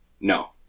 No